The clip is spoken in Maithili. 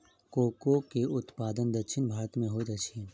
कोको के उत्पादन दक्षिण भारत में होइत अछि